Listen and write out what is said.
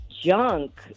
Junk